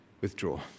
withdraw